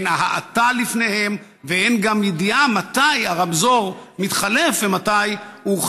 אין האטה לפניהם ואין גם ידיעה מתי הרמזור מתחלף ומתי הוא,